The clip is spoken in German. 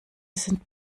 sind